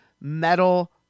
metal